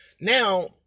Now